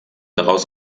daraus